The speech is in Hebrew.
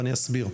ואני אסביר.